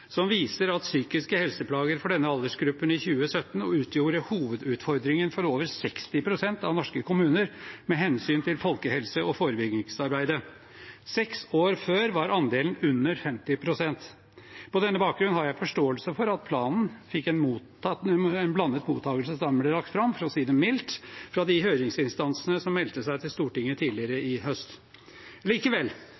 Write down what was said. som viser at psykiske helseplager for denne aldersgruppen i 2017 utgjorde hovedutfordringen for over 60 pst. av norske kommuner med hensyn til folkehelse og forebyggingsarbeidet. Seks år før var andelen under 50 pst. På denne bakgrunn har jeg forståelse for at planen fikk en blandet mottakelse da den ble lagt fram, for å si det mildt, fra de høringsinstansene som meldte seg til Stortinget tidligere